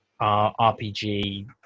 RPG